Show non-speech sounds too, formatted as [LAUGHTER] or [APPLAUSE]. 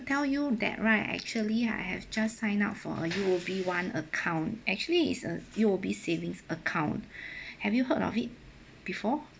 tell you that right actually I have just signed up for a U_O_B one account actually is a U_O_B savings account [BREATH] have you heard of it before